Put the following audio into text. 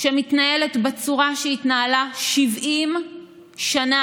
שמתנהלת בצורה שהיא התנהלה 70 שנה,